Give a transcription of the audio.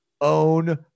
own